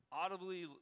audibly